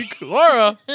Laura